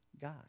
God